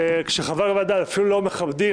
כשחברי הוועדה אפילו לא מכבדים,